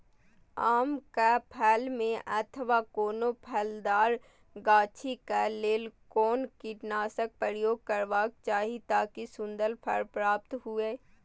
आम क फल में अथवा कोनो फलदार गाछि क लेल कोन कीटनाशक प्रयोग करबाक चाही ताकि सुन्दर फल प्राप्त हुऐ?